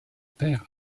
père